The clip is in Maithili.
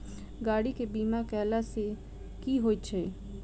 गाड़ी केँ बीमा कैला सँ की होइत अछि?